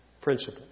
principle